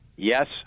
Yes